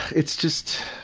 it's just,